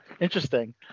interesting